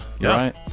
right